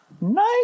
nice